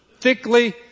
thickly